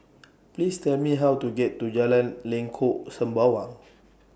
Please Tell Me How to get to Jalan Lengkok Sembawang